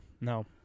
No